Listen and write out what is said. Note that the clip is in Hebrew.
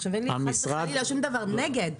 אין לי כמובן שום דבר נגד,